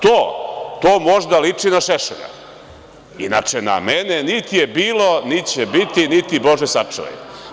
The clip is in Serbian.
To možda liči na Šešelja, inače na mene niti je bilo, niti će biti, niti bože sačuvaj.